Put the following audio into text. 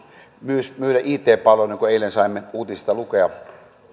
myös myydä it palveluita niin kuin eilen saimme uutisista lukea